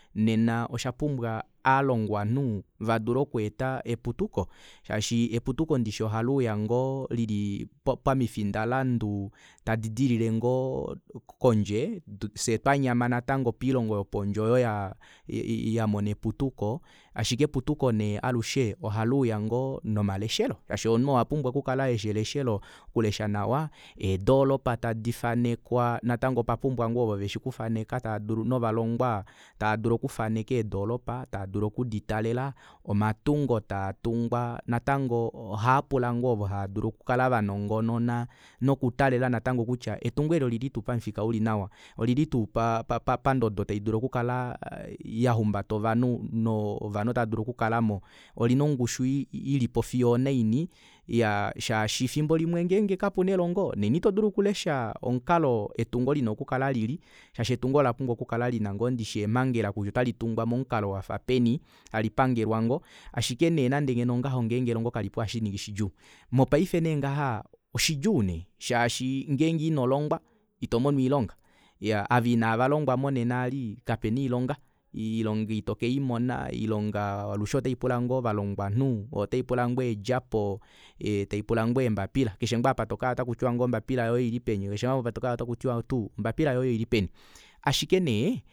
Nena oshapumbwa ovalongwanhu vadule okweeta eputuko shaashi eputuko ndishi ohali uya ngoo lili pamifinda landu tadi dilile ngoo kondje fyee twanyama natango poilongo yopondje oyo yamona eputuko ashike eputuko nee alushe ohaluuya ngoo nomaleshelo shaashi omunhu owapumbwa okukala ushi eleshelo okulesha nawa eedoropa tadi fanekwa natango opapumbwa ngoo ovo veshi okufaneka taadulu novalongwa taadulu okufaneka eedoropa taadulu okuditalela omatungo taatungwa natango ohaapula ngoo ovo haadulu oku kala vanongonona noku talela natango kutya etungo eli olili tuu pamufika uli nawa olili tuu paa pa pandodo taidulu okukala yahumbata ovanhu noo ovanhu otava dulu okukalamo olina ongushu ilipo fiyo onaini iyaa shaashi fimbo limwe ngeenge kapuna elongo nena ito dulu okulesha omukalo etungo lina okukala lili shaashi etungo ola pumbwa okukala ngoo lina eemangela kutya ota litungwa momukalo wafa peni ashike nee nande ngeno ongaho ngenge elongo kalipo ohashiningi shidjuu mopaife neengaha oshidjuu nee shaashi ngenge inolongwa itomono oilonga iyaa ava ina valongwa monena eli kapena oilonga oilonga itokeimona oilonga alushe ota ipula ngoo ovalongwanhu ota ipula ngoo eedjapo taipula ngoo eembapila keshe ngoo apa tokaya ota kutiwa ngoo ombapila yoye oilipeni keshe ngaa apa tokaya tuu otakutiwa ngoo ombapila yoye oilipeni ashike nee